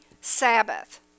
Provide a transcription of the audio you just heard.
Sabbath